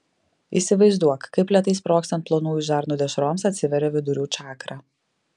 įsivaizduok kaip lėtai sprogstant plonųjų žarnų dešroms atsiveria vidurių čakra